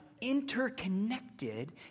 interconnected